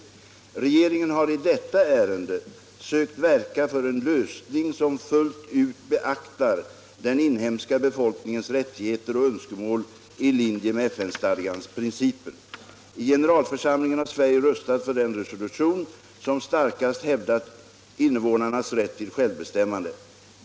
31 Regeringen har i detta ärende sökt verka för en lösning som fullt ut beaktar den inhemska befolkningens rättigheter och önskemål i linje med FN-stadgans principer. I generalförsamlingen har Sverige röstat för den resolution som starkast hävdat innevånarnas rätt till självbestämmande.